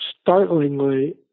startlingly